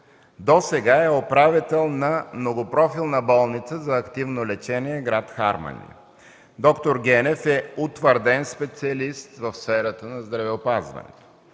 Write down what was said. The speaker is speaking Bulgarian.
досега е управител на Многопрофилната болница за активно лечение в град Харманли. Доктор Генев е утвърден специалист в сферата на здравеопазването.